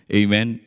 amen